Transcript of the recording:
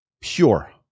pure